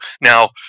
now